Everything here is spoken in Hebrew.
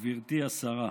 גברתי השרה,